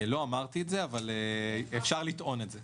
לא אמרתי את זה, אבל אפשר לטעון את זה.